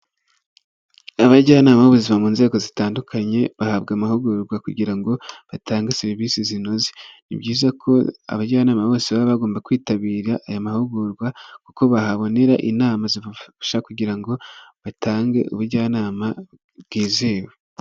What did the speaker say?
Abajyanama b'ubuzima mu nzego zitandukanye bahabwa amahugurwa kugira ngo batange serivise zinoze. Ni byiza ko abajyanama bose baba bagomba kwitabira aya mahugurwa, kuko bahabonera inama zibafasha kugira ngo batange ubujyanama bwizewe.